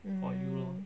mm